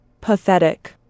Pathetic